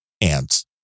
ants